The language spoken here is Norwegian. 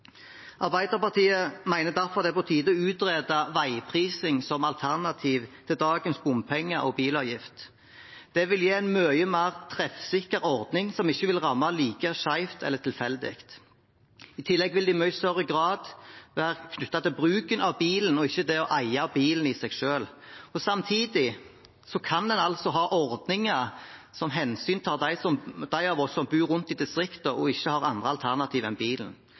Arbeiderpartiet mener derfor det er på tide å utrede veiprising som alternativ til dagens bompenger og bilavgifter. Det vil gi en mye mer treffsikker ordning, som ikke vil ramme like skjevt eller tilfeldig. I tillegg vil det i mye større grad være knyttet til bruken av bilen og ikke til det å eie bilen i seg selv. Samtidig kan en ha ordninger som hensyntar dem av oss som bor rundt i distriktene og ikke har andre alternativer enn bilen.